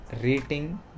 rating